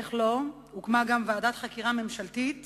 איך לא, הוקמה ועדת חקירה ממשלתית